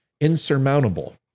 insurmountable